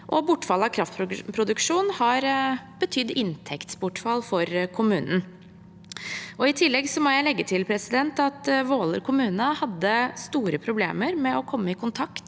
bortfall av kraftproduksjonen har betydd inntektsbortfall for kommunen. Jeg må legge til at Våler kommune hadde store problemer med å komme i kontakt